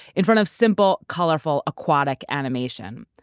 in front of simple, colorful, aquatic animation.